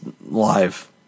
live